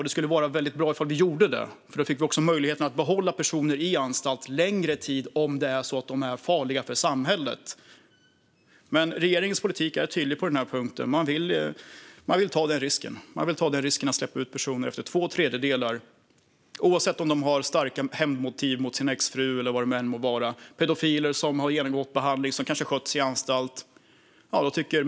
Det skulle vara väldigt bra ifall vi gjorde det, för då skulle vi få möjlighet att behålla personer på anstalt längre tid om de är farliga för samhället. Men regeringens politik är tydlig på den punkten. Man vill ta risken att släppa ut personer efter två tredjedelar oavsett om de har starka hämndmotiv mot en exfru eller om det är något annat. Det kan vara pedofiler som har genomgått behandling och som kanske har skött sig på anstalt.